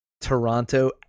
Toronto